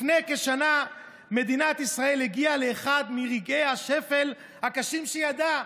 לפני כשנה מדינת ישראל הגיעה לאחד מרגעי השפל הקשים שידעה,